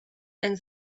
and